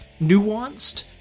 nuanced